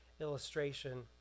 illustration